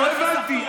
לא הבנתי.